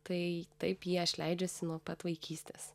tai taip jį aš leidžiuosi nuo pat vaikystės